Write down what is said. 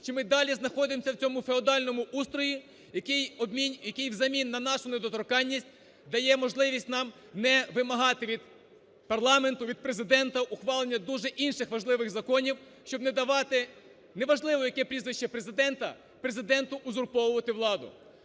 чи ми далі знаходимося у цьому феодальному строї, який взамін на нашу недоторканність дає можливість нам не вимагати нам від парламенту, від Президента ухвалення дуже інших важливих законів, щоб не давати – не важливо, яке прізвище у Президента – Президенту узурповувати владу.